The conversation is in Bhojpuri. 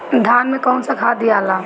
धान मे कौन सा खाद दियाला?